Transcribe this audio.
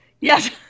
Yes